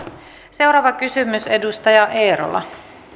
seuraava kysymys edustaja eerola